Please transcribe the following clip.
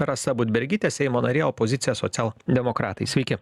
rasa budbergytė seimo narė opozicija socialdemokratai sveiki